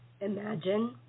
Imagine